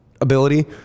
ability